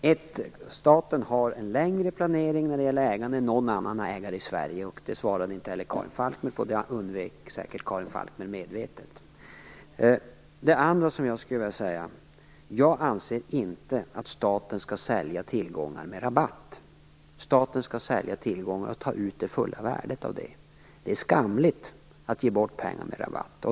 Fru talman! Staten har en mer långsiktig planering av sitt ägande än någon annan ägare i Sverige, och det undvek Karin Falkmer säkert medvetet att kommentera. Jag anser inte att staten skall sälja tillgångar med rabatt. Staten skall sälja tillgångar och ta ut det fulla värdet av det. Det är skamligt att ge bort pengar med rabatt.